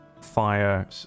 fire